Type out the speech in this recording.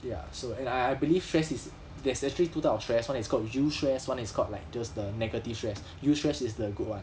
ya so and I I believe stress is there's actually two type of stress one is called eustress stress one is called like just the negative stress eustress is the good [one]